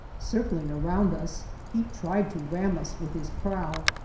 circling around us he tried to ram us with his prow,